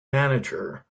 manager